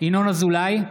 ינון אזולאי,